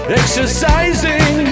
exercising